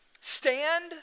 Stand